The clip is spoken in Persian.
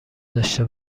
داشته